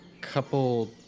couple